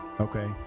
Okay